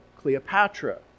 Cleopatra